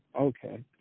okay